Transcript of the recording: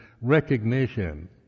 recognition